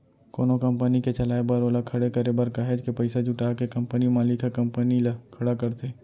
कोनो कंपनी के चलाए बर ओला खड़े करे बर काहेच के पइसा जुटा के कंपनी मालिक ह कंपनी ल खड़ा करथे